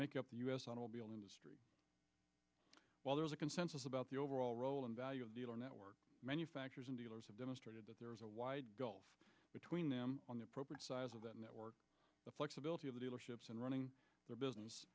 make up the u s automobile industry while there is a consensus about the overall role in value of dealer network manufacturers and dealers have demonstrated that there is a wide gulf between them on the appropriate size of that network the flexibility of the dealerships and running their business